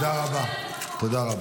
החלטה שלו --- זה מכוח